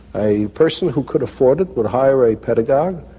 a person who could afford it would hire a pedagogue,